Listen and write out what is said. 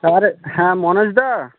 আরে হ্যাঁ মনোজদা